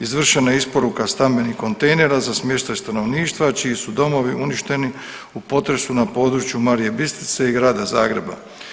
Izvršena je isporuka stambenih kontejnera za smještaj stanovništva čiji su domovi uništeni na području Marije Bistrice i Grada Zagreba.